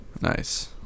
Nice